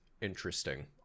interesting